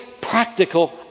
practical